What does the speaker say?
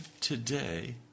today